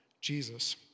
Jesus